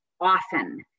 often